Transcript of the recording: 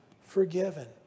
forgiven